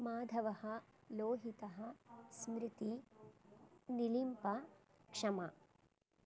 माधवः लोहितः स्मृति नीलिम्पा क्षमा